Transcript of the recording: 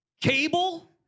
Cable